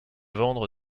vendre